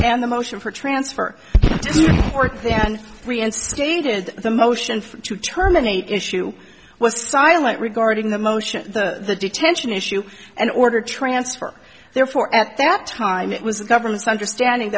and the motion for transfer to work then reinstated the motion to terminate issue was silent regarding the motion the detention issue and order transfer therefore at that time it was the government's understanding